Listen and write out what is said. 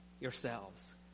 yourselves